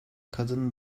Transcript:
kadın